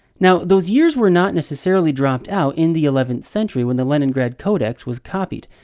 now, those years were not necessarily dropped out in the eleventh century, when the leningrad codex was copied.